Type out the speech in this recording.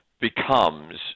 becomes